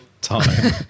time